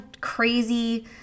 crazy